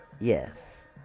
yes